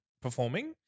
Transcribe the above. performing